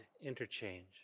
interchange